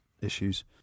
issues